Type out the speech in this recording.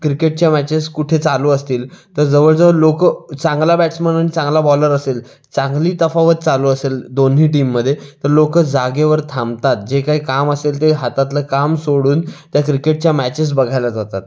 क्रिकेटच्या मॅचेस कुठे चालू असतील तर जवळ जवळ लोकं चांगला बॅट्समन आणि चांगला बॉलर असेल चांगली तफावत चालू असेल दोन्ही टीममध्ये तर लोकं जागेवर थांबतात जे काही काम असेल ते हातातलं काम सोडून त्या क्रिकेटच्या मॅचेस बघायला जातात